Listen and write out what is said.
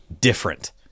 different